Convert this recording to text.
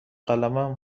قلمم